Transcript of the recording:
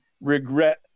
regret